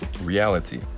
reality